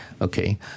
Okay